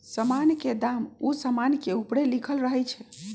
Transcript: समान के दाम उ समान के ऊपरे लिखल रहइ छै